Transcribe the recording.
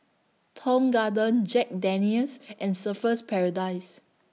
Tong Garden Jack Daniel's and Surfer's Paradise